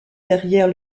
derrière